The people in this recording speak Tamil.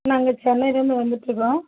நாங்கள் சென்னையிலேருந்து வந்துகிட்ருக்குறோம்